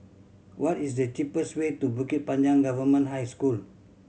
what is the cheapest way to Bukit Panjang Government High School